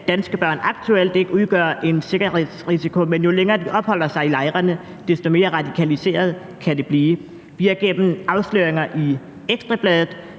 at danske børn aktuelt ikke udgør en sikkerhedsrisiko, men at jo længere de opholder sig i lejrene, desto mere radikaliserede kan de blive. Vi har gennem afsløringer i Ekstra Bladet